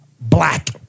Black